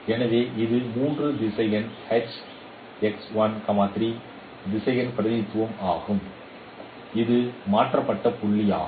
எனவே இது 3 திசையன் 3 திசையன் பிரதிநிதித்துவம் ஆகும் இது மாற்றப்பட்ட புள்ளியாகும்